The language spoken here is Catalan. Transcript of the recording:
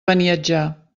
beniatjar